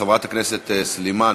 חברת הכנסת סלימאן,